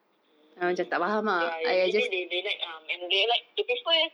mm ya usually they they like um and they like they prefer